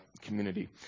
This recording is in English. community